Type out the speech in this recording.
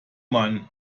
mann